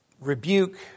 rebuke